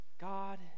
god